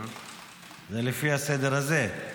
זה לפי הסדר הזה.